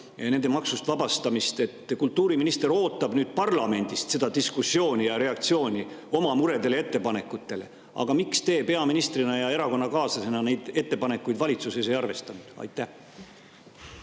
nende maksust vabastamist. Kultuuriminister ootab nüüd parlamendist seda diskussiooni ja reaktsiooni oma muredele ja ettepanekutele. Aga miks te peaministrina ja [kultuuriministri] erakonnakaaslasena neid ettepanekuid valitsuses ei arvestanud? Aitäh!